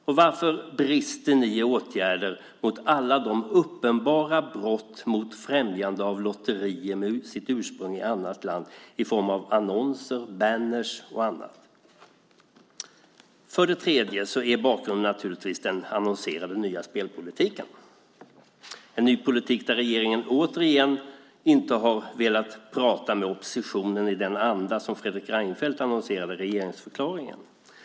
Och varför brister ni i åtgärder mot alla de uppenbara brott som har att göra med främjande av lotterier med ursprung i annat land i form av annonser, banners och annat? För det tredje är bakgrunden den annonserade nya spelpolitiken, en ny politik där regeringen återigen inte har velat prata med oppositionen i den anda som Fredrik Reinfeldt annonserade i regeringsförklaringen.